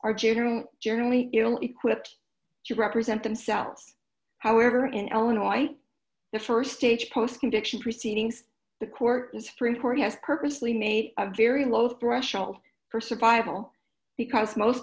are generally generally ill equipped to represent themselves however in illinois the st stage postcondition proceedings the court is through court has purposely made a very low threshold for survival because most